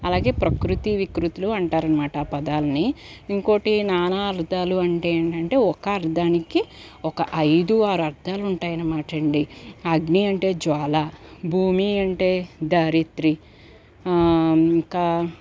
అలాగే ప్రకృతి వికృతులు అంటారనమాట ఆ పదాలని ఇంకొకటి నానార్థాలు అంటే ఏంటంటే ఒక అర్థానికి ఒక ఐదు ఆరు అర్థాలు ఉంటాయి అనమాట అండి అగ్ని అంటే జ్వాలా భూమి అంటే ధరిత్రి ఇంకా